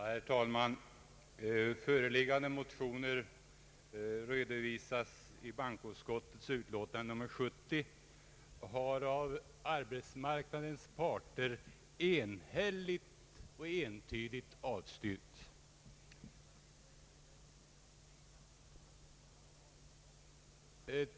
Herr talman! Föreliggande motioner, som redovisas i bankoutskottets utlåtande nr 70, har av arbetsmarknadens parter enhälligt och entydigt avstyrkts.